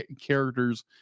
characters